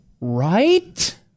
Right